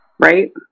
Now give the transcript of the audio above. Right